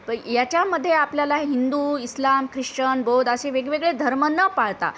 प याच्यामध्ये आपल्याला हिंदू इस्लाम ख्रिश्चन बौद्ध असे वेगवेगळे धर्म न पाळता